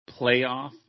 playoff